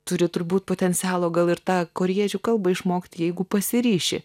turi turbūt potencialo gal ir tą korėjiečių kalbą išmokt jeigu pasiryši